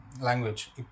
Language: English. language